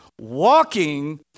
walking